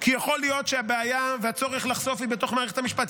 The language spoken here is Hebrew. כי יכול להיות שהבעיה והצורך לחשוף הם בתוך מערכת המשפט,